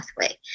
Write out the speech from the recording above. pathway